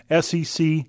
SEC